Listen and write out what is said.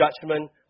judgment